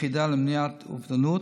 היחידה למניעת אובדנות,